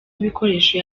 ibikoresho